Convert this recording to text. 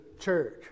church